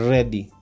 Ready